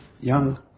young